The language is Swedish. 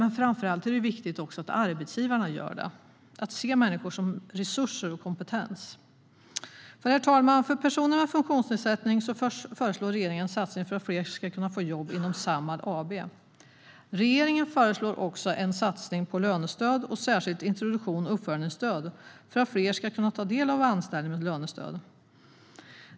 Men framför allt är det viktigt att arbetsgivarna gör det: ser människor som resurser och kompetens. Herr talman! För personer med funktionsnedsättning föreslår regeringen en satsning för att fler ska kunna få jobb inom Samhall AB. Regeringen föreslår också en satsning på lönestöd och särskilt introduktions och uppföljningsstöd för att fler ska kunna ta del av anställning med lönestöd.